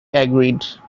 agreed